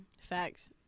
Facts